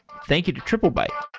thank you to triplebyte